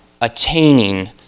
attaining